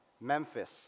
Memphis